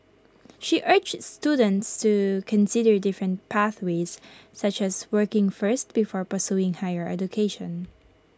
she urged students to consider different pathways such as working first before pursuing higher education